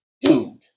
Dude